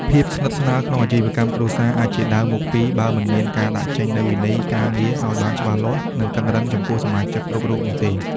ភាពស្និទ្ធស្នាលក្នុងអាជីវកម្មគ្រួសារអាចជាដាវមុខពីរ បើមិនមានការដាក់ចេញនូវវិន័យការងារឱ្យបានច្បាស់លាស់ និងតឹងរ៉ឹងចំពោះសមាជិកគ្រប់រូបនោះទេ។